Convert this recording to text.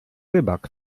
rybak